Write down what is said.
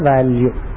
Value